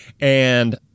and-